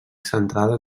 centrada